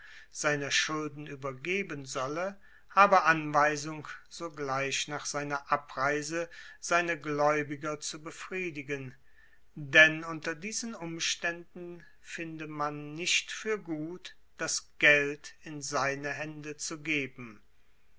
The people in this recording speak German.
seiner schulden übergeben solle habe anweisung sogleich nach seiner abreise seine gläubiger zu befriedigen denn unter diesen umständen finde man nicht für gut das geld in seine hände zu geben